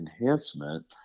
enhancement